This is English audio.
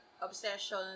obsession